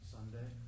Sunday